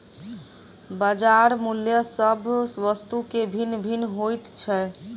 बजार मूल्य सभ वस्तु के भिन्न भिन्न होइत छै